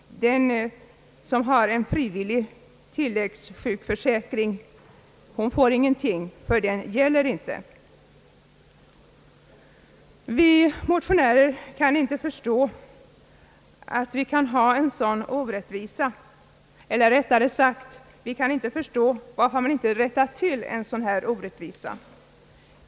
Den som har en frivillig tilläggssjukförsäkring får ingenting, ty den gäller inte här. Vi motionärer kan inte förstå att vi kan ha en sådan orättvisa — eller rättare sagt, vi kan inte förstå varför man inte rättar till en sådan här orättvisa.